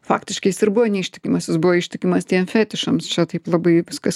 faktiškai jis ir buvo neištikimas jis buvo ištikimas tiem fetišams čia taip labai viskas